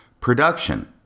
production